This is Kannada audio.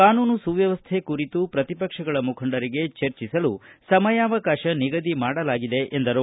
ಕಾನೂನು ಸುವ್ಯವಸ್ಥೆ ಕುರಿತು ಪ್ರತಿಪಕ್ಷಗಳ ಮುಖಂಡರಿಗೆ ಚರ್ಚಿಸಲು ಸಮಯಾವಕಾಶ ನಿಗದಿ ಮಾಡಲಾಗಿದೆ ಎಂದರು